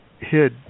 hid